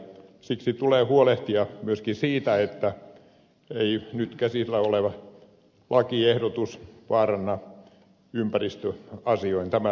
siksi tulee huolehtia myöskin siitä että ei nyt käsillä oleva lakiehdotus vaaranna ympäristöasioin tämän tehtaan toimintaa